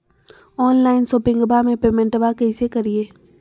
Online शोपिंगबा में पेमेंटबा कैसे करिए?